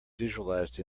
visualized